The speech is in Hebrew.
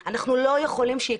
אנחנו לא יודעים עם מי אנחנו מתעסקים,